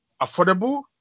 affordable